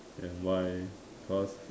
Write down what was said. and why because